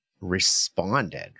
responded